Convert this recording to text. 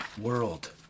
world